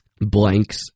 blanks